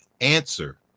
answer